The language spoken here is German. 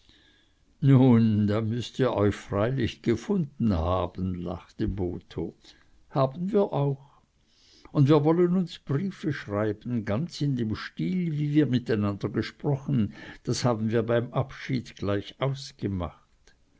nun da müßt ihr euch freilich gefunden haben lachte botho haben wir auch und wir wollen uns briefe schreiben ganz in dem stil wie wir miteinander gesprochen das haben wir beim abschied gleich ausgemacht